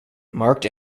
marked